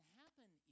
happen